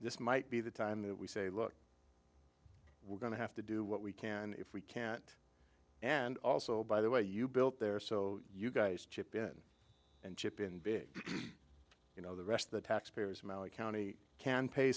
this might be the time that we say look we're going to have to do what we can and if we can't and also by the way you built there so you guys chip in and chip in big you know the rest of the taxpayers money county can pay